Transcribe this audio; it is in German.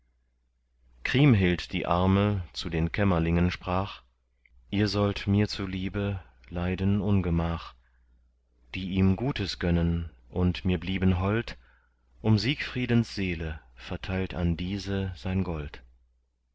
kriemhild die arme zu den kämmerlingen sprach ihr sollt mir zuliebe leiden ungemach die ihm gutes gönnen und mir blieben hold um siegfriedens seele verteilt an diese sein gold